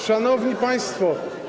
Szanowni Państwo!